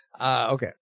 Okay